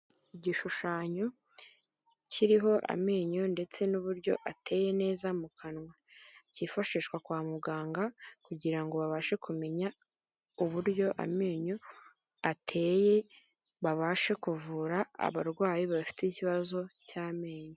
Igishushanyo kiriho amenyo ndetse n'uburyo ateye neza mu kanwa, kifashishwa kwa muganga kugira ngo babashe kumenya uburyo amenyo ateye babashe kuvura abarwayi bafite ikibazo cy'amenyo.